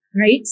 right